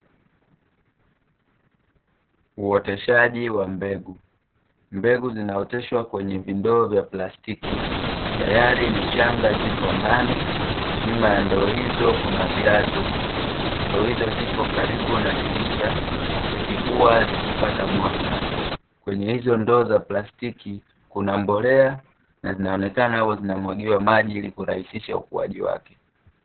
Uoteshaji wa mbegu. Mbegu zinaoteshwa kwenye vindoo vya plastiki, tayari ni changa ipo ndani, nyuma ya ndoo hizo kuna viatu, ndoo hizo zipo karibu na dirisha, zikikuwa zikipata mwanga. Kwenye hizo ndoo za plastiki kuna mbolea, na zinaonekana huwa zinamwagiwa maji ili kurahisisha ukuaji wake.